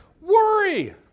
Worry